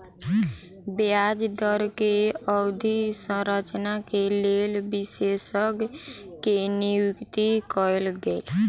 ब्याज दर के अवधि संरचना के लेल विशेषज्ञ के नियुक्ति कयल गेल